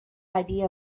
idea